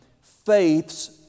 faith's